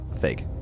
Fake